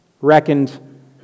reckoned